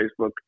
Facebook